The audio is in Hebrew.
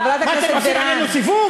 חבר הכנסת אחמד טיבי,